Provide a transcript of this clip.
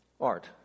Art